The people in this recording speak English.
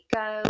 go